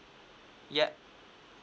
yup